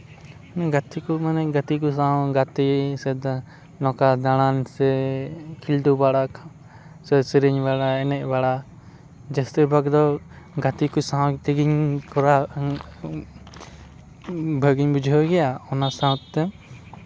ᱜᱟᱛᱮ ᱠᱚ ᱢᱟᱱᱮ ᱜᱟᱛᱮ ᱠᱚ ᱥᱟᱶ ᱜᱟᱛᱮ ᱤᱧ ᱱᱚᱝᱠᱟ ᱫᱟᱬᱟᱱ ᱥᱮ ᱠᱷᱤᱞᱰᱩ ᱵᱟᱲᱟ ᱥᱮ ᱥᱮᱨᱮᱧ ᱵᱟᱲᱟ ᱮᱱᱮᱡ ᱵᱟᱲᱟ ᱡᱟᱹᱥᱛᱤ ᱵᱷᱟᱜᱽ ᱫᱚ ᱜᱟᱛᱮ ᱠᱚ ᱥᱟᱶ ᱛᱮᱜᱮᱧ ᱠᱚᱨᱟᱣ ᱵᱷᱟᱜᱮᱧ ᱵᱩᱡᱷᱟᱹᱣ ᱜᱮᱭᱟ ᱚᱱᱟ ᱥᱟᱶᱛᱮ